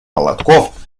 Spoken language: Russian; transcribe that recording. молотков